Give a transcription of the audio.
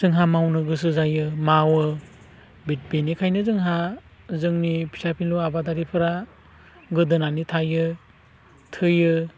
जोंहा मावनो गोसो जायो मावो बिनिखायनो जोंहा जोंनि फिसा फिनल' आबादारिफोरा गोदोनानै थायो थैयो